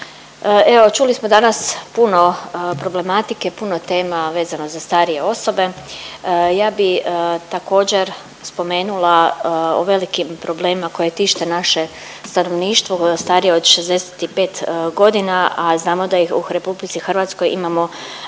evo čuli smo danas puno problematike, puno tema vezano za starije osobe. Ja bih također, spomenula o velikim problemima koje tište naše stanovništvo starije od 65 godina, a znamo da ih u RH imamo